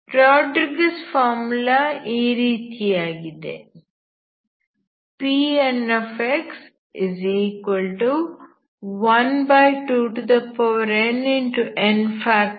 Rodrigues formula ಈ ರೀತಿಯಾಗಿದೆ Pnx12nn